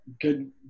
good